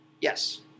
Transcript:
Yes